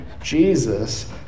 Jesus